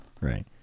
right